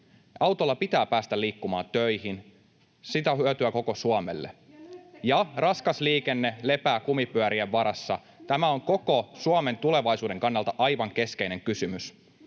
Ja nyt kustannukset nousee!] Siitä on hyötyä koko Suomelle. Ja raskas liikenne lepää kumipyörien varassa. Tämä on koko Suomen tulevaisuuden kannalta aivan keskeinen kysymys,